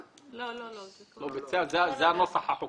עבד אל חכים חאג' יחיא (הרשימה המשותפת): זה הנוסח בחוק.